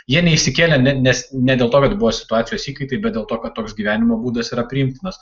jie neišsikėlė ne nes ne dėl to kad buvo situacijos įkaitai bet dėl to kad toks gyvenimo būdas yra priimtinas